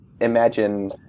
imagine